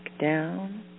down